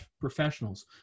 professionals